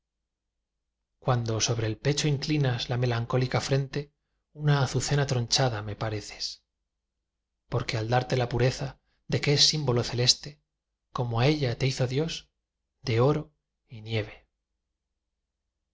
cuando sobre el pecho inclinas la melancólica frente una azucena tronchada me pareces porque al darte la pureza de que es símbolo celeste como á ella te hizo dios de oro y nieve